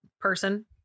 person